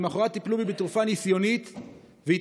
ולמוחרת טיפלו בי בתרופה ניסיונית והתאוששתי.